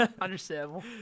Understandable